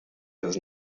does